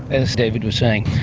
as david was saying,